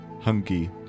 hunky